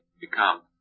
become